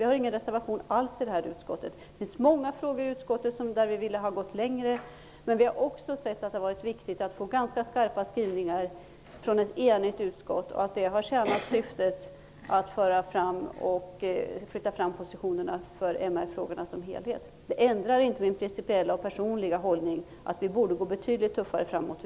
Vi har ingen reservation alls i detta betänkande. Vi ville gå längre i många av de frågor som togs upp i utskottet, men vi har också ansett att det har varit viktigt att få ganska skarpa skrivningar från ett enigt utskott. Det har tjänat syftet att flytta fram positionerna för MR-frågorna som helhet. Det ändrar inte min principiella personliga hållning: vi borde gå betydligt tuffare fram mot